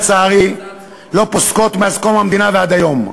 לצערי לא פוסקות מאז קום המדינה ועד היום.